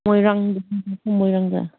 ꯃꯣꯏꯔꯥꯡꯗꯅꯦ ꯃꯣꯏꯔꯥꯡꯗ